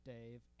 Dave